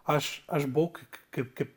aš aš buvau k kaip kaip